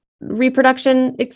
reproduction